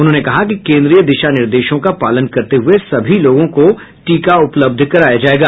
उन्होंने कहा कि केन्द्रीय दिशा निर्देशों का पालन करते हुए सभी लोगों को टीका उपलब्ध कराया जायेगा